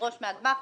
לדרוש מהגמ"חים.